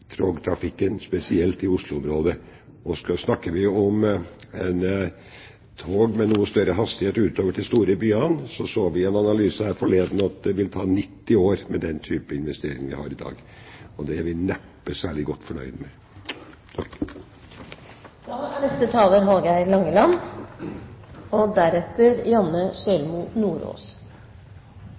spesielt i Oslo-området. Og snakker vi om tog med noe større hastighet til de store byene, så vi i en analyse her forleden at det vil ta 90 år med den type investering vi har i dag. Det er vi neppe særlig godt fornøyd med. Eg synest det er veldig interessant å høyra på Venstre og